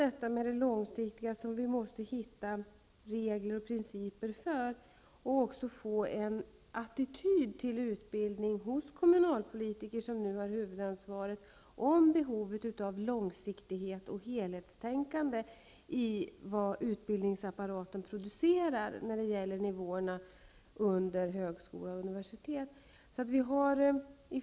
Vi måste också hitta regler och principer som kan gälla på lång sikt och få till stånd en attityd hos kommunalpolitiker, som nu har huvudansvaret, som innebär medvetenhet om behovet av långsiktighet och helhetstänkande när det gäller vad utbildningsapparaten producerar på nivåerna under högskola och universitet.